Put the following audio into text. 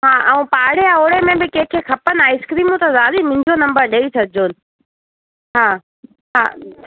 हा ऐं पाड़े ओड़े में बि कंहिंखे खपनि आइस्क्रीम त दादी मुंहिंजो नंबर ॾेई छॾिजोनि हा हा